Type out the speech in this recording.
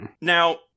Now